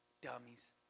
Dummies